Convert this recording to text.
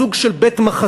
סוג של בית-מחסה,